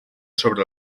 sobre